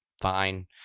fine